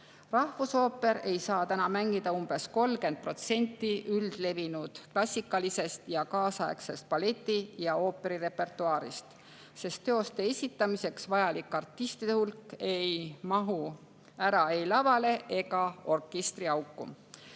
Rahvusooper ei saa täna mängida umbes 30% üldlevinud klassikalisest ja kaasaegsest balleti- ja ooperirepertuaarist, sest teoste esitamiseks vajalik artistide hulk ei mahu ära ei lavale ega orkestriauku.